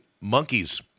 Monkeys